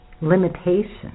limitation